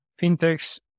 fintechs